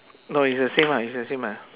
no it's the same ah it's the same ah